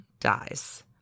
dies